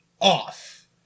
off